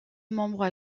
membres